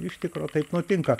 iš tikro taip nutinka